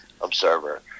observer